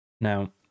now